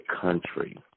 country